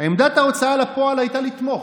עמדת ההוצאה לפועל הייתה לתמוך,